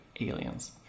aliens